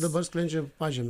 dabar sklendžia pažeme